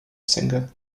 singer